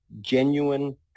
genuine